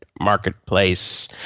Marketplace